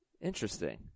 Interesting